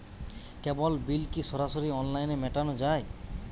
কেবল bill কি সরাসরি অনলাইনে মেটানো য়ায়?